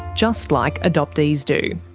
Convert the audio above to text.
just like adoptees do.